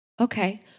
Okay